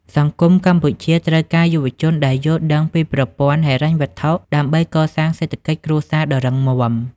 សង្គមកម្ពុជាត្រូវការយុវជនដែលយល់ដឹងពីប្រព័ន្ធហិរញ្ញវត្ថុ ដើម្បីកសាងសេដ្ឋកិច្ចគ្រួសារដ៏រឹងមាំ។